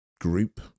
group